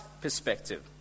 perspective